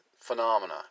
phenomena